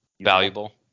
Valuable